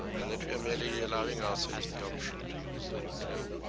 and that we are merely allowing ourselves the option to use the nuclear